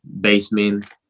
basement